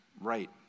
right